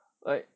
like